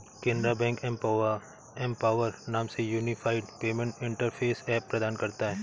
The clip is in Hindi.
केनरा बैंक एम्पॉवर नाम से यूनिफाइड पेमेंट इंटरफेस ऐप प्रदान करता हैं